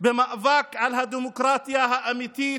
במאבק על הדמוקרטיה האמיתית,